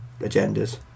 agendas